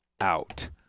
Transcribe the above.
out